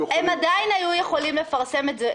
הם עדיין היו יכולים לפרסם את זה.